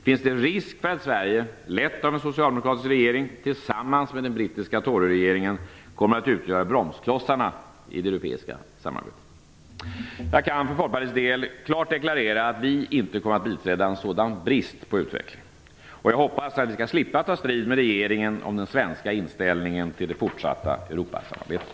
Finns en risk för att Sverige lett av en socialdemokratisk regering tillsammans med Toryregeringen kommer att utgöra bromsklossarna i det europeiska samarbetet? Jag kan för Folkpartiets del klart deklarera att vi inte kommer att biträda en sådan brist på utveckling. Jag hoppas att vi skall slippa ta strid med regeringen om den svenska inställningen till det fortsatta Europasamarbetet.